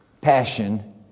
passion